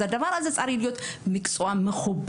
אז הדבר הזה צריך להיות מקצוע מכובד,